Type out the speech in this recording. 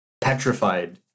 petrified